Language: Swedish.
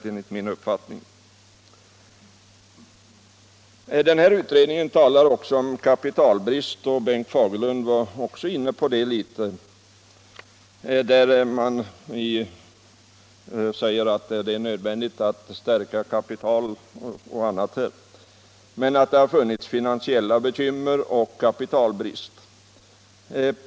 Utredningen från statens industriverk talar också om kapitalbrist — även Bengt Fagerlund var inne på den frågan — och säger att det är nödvändigt att stärka glasbrukens kapital på annat sätt men att det har funnits finansiella bekymmer och kapitalbrist.